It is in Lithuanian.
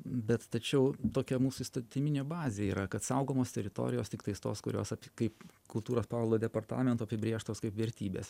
bet tačiau tokia mūsų įstatyminė bazė yra kad saugomos teritorijos tiktais tos kurios kaip kultūros paveldo departamento apibrėžtos kaip vertybės